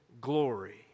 glory